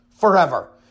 forever